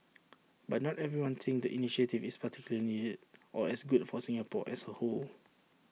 but not everyone thinks the initiative is particularly needed or as good for Singapore as A whole